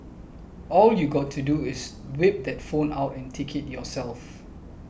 all you got to do is whip that phone out and take it yourself